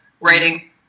writing